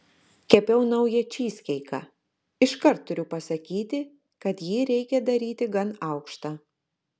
kepiau naują čyzkeiką iškart turiu pasakyti kad jį reikia daryti gan aukštą